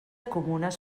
comunes